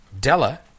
Della